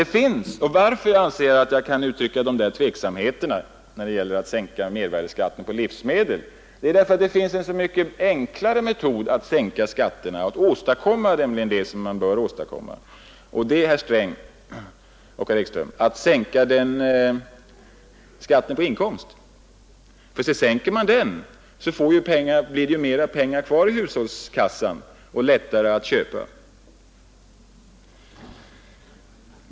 Anledningen till att jag anser mig kunna uttrycka tveksamhet när det gäller att sänka mervärdeskatten på livsmedel är att det finns en mycket enklare metod att sänka skatterna och åstadkomma det man bör åstadkomma. Det är, herr Sträng och herr Ekström, att sänka skatten på inkomst, för om man sänker den blir det mer pengar kvar i hushållskassan och lättare att köpa.